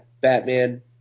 Batman